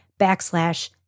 backslash